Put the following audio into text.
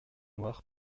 noir